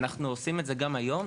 אנחנו עושים את זה גם היום.